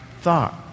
thought